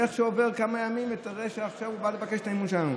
ואיך שעוברים כמה ימים מסתבר שעכשיו הוא בא לבקש את האמון שלנו.